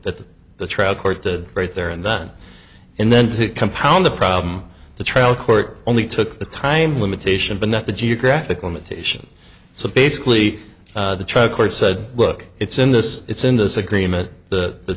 that the trial court did right there and done and then to compound the problem the trial court only took the time limitation but not the geographic limitation so basically the trial court said look it's in this it's in this agreement that the